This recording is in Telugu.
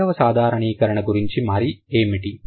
ఐదవ సాధారణీకరణ గురించి మరి ఏమిటి